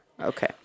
Okay